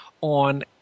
on